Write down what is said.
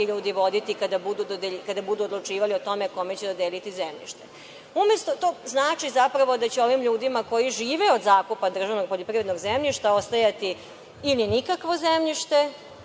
ljudi voditi kada budu odlučivali o tome kome će dodeliti zemljište. Znači, zapravo, da će ovim ljudima koji žive od zakupa državnog poljoprivrednog zemljišta ostajati ili nikakvo zemljište